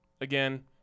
Again